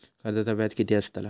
कर्जाचा व्याज किती बसतला?